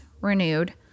renewed